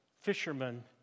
fishermen